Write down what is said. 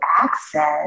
access